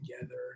together